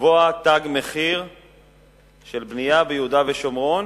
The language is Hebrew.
ולקבוע תג מחיר של בנייה ביהודה ושומרון,